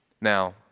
Now